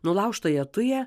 nulaužtąją tują